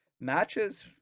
matches